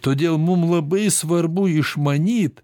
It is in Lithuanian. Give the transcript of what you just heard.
todėl mum labai svarbu išmanyt